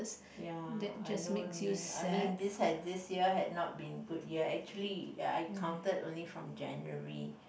ya I know what you mean I mean this had this year had not been good year actually I counted only from January